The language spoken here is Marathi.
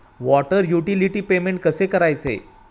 वॉटर युटिलिटी पेमेंट कसे करायचे?